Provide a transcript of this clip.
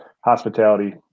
Hospitality